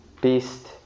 beast